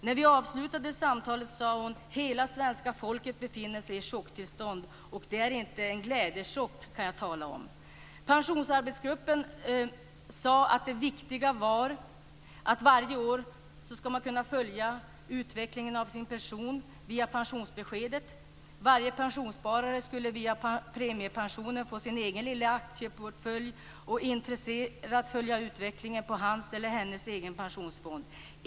När vi avslutade samtalet sade hon: "Hela svenska folket befinner sig i ett chocktillstånd!" Och det är inte en glädjechock, det kan jag tala om. Pensionsarbetsgruppen sade att det är viktigt att var och en varje år kan följa utvecklingen av sin pension via pensionsbeskeden. Varje pensionssparare skulle via premiepensionen få sin egen lilla aktieportfölj och intresserat följa utvecklingen på hans eller hennes egen pensionsfond.